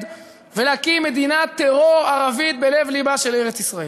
ולהקים מדינת טרור ערבית בלב-לבה של ארץ-ישראל.